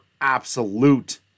absolute